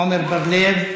עמר בר-לב,